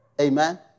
Amen